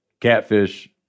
catfish